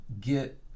get